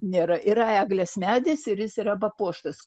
nėra yra eglės medis ir jis yra papuoštas